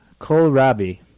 kohlrabi